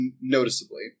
noticeably